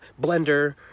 blender